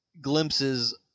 glimpses